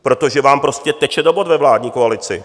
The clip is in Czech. Protože vám prostě teče do bot ve vládní koalici.